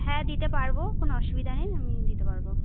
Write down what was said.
হ্যাঁ দিতে পারবো কোন অসুবিধা নেই আমি দিতে পারবো